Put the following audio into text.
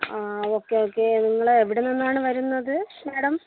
ആ okay okay നിങ്ങൾ എവിടെ നിന്നാണ് വരുന്നത് മാഡം